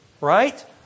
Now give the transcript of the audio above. right